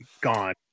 Gone